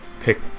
pick